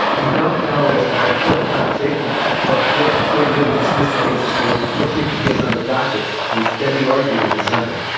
we don't know as of our current conversation of what whether they're going to dismiss the case is moot or keep the case on the docket and then be argued in december